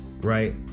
right